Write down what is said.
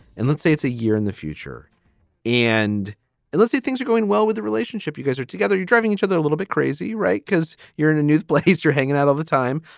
and let's say it's a year in the future and let's say things are going well with the relationship. you guys are together, you driving each other a little bit crazy, right? because you're in a newsblaze, you're hanging out all the time.